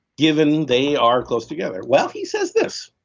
given, they are close together. well, he says this,